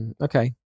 Okay